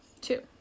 Two